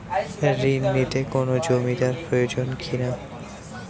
ঋণ নিতে কোনো জমিন্দার প্রয়োজন কি না?